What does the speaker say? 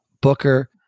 Booker